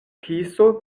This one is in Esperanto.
kiso